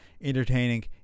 entertaining